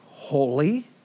holy